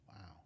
Wow